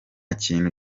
kintu